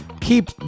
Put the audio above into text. keep